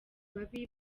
babi